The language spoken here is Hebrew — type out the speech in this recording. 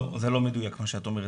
לא, זה לא מדויק מה שאת אומרת.